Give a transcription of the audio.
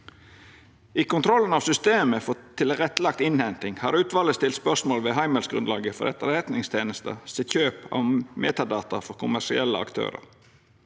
I kontrollen av systemet for tilrettelagd innhenting har utvalet stilt spørsmål ved heimelsgrunnlaget for Etterretningstenesta sitt kjøp av metadata frå kommersielle aktørar.